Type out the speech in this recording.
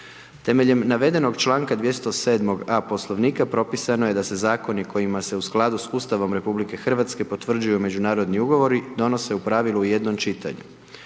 Temeljem navedenog članka 207a. Poslovnika propisano je da se zakoni kojima se u skladu s Ustavom RH potvrđuju međunarodni ugovori donose u pravilu u jednom čitanju.